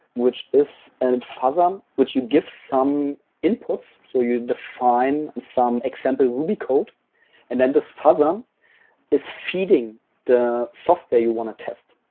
which is and and fuzzer um which you give some inputs, so you define some example ruby code and then this fuzzer is feeding the software you want to test.